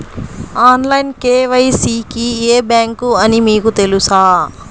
Online KYC కి ఏ bank అని మీకు తెలుసా?